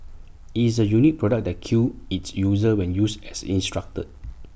IT is A unique product that kills its user when used as instructed